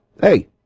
hey